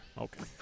Okay